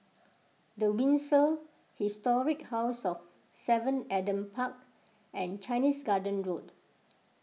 the Windsor Historic House of Seven Adam Park and Chinese Garden Road